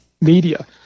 Media